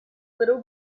little